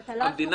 אבל זה לא המצב.